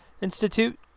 Institute